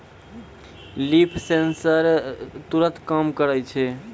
leaf sensor तुरत काम करै छै